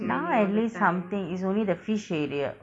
now at least something it's only the fish area